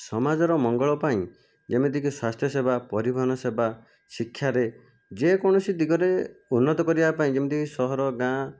ସମାଜର ମଙ୍ଗଳ ପାଇଁ ଯେମିତିକି ସ୍ୱାସ୍ଥ୍ୟ ସେବା ପରିବହନ ସେବା ଶିକ୍ଷାରେ ଯେକୌଣସି ଦିଗରେ ଉନ୍ନତି କରିବା ପାଇଁ ଯେମିତିକି ସହର ଗାଁ